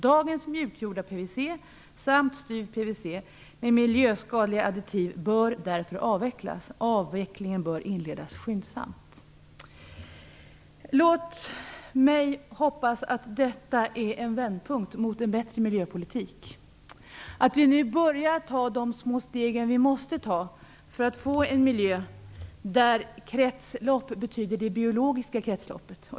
Dagens mjukgjorda PVC samt styv PVC med miljöskadliga additiv bör därför avvecklas. Avvecklingen bör inledas skyndsamt." Låt mig hoppas att detta är en vändpunkt och att vi nu går mot en bättre miljöpolitik, att vi nu börjar ta de små steg vi måste ta för att vi skall få en miljö där "kretsloppet" syftar på det biologiska kretsloppet.